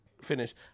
finish